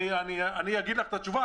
אני אגיד לך התשובה,